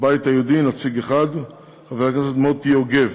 הבית היהודי, נציג אחד, חבר הכנסת מרדכי יוגב,